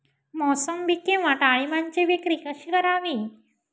मोसंबी किंवा डाळिंबाची विक्री कशी करावी?